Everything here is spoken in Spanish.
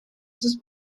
sus